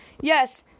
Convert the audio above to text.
Yes